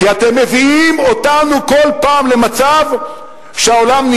כי אתם מביאים אותנו כל פעם למצב שהעולם,